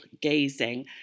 gazing